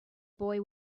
boy